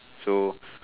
so